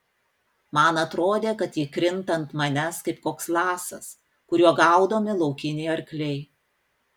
man atrodė kad ji krinta ant manęs kaip koks lasas kuriuo gaudomi laukiniai arkliai